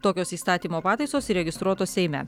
tokios įstatymo pataisos įregistruotos seime